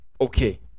okay